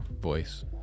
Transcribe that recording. voice